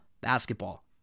basketball